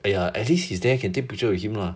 !aiya! at least he is there can take picture with him lah